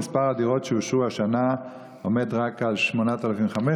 ומספר הדירות שאושרו השנה עומד רק על 8,500,